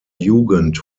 jugend